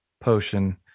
potion